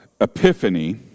epiphany